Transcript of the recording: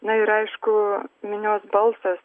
na ir aišku minios balsas